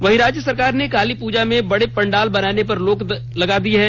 वहीं राज्य सरकार ने काली पूजा में बड़े पंडाल बनाने पर रोक लगा दी है